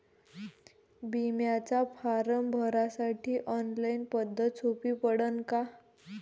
बिम्याचा फारम भरासाठी ऑनलाईन पद्धत सोपी पडन का?